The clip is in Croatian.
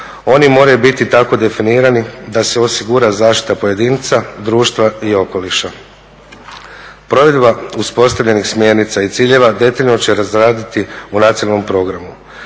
Oni moraju biti tako definirani da se osigura zaštita pojedinca, društva i okoliša. Provedbu uspostavljenih smjernica i ciljeva detaljno će razraditi u nacionalnom programu.